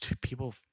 people